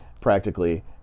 practically